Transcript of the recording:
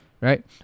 right